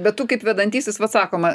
bet tu kaip vedantysis vat sakoma